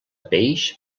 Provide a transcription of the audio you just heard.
peix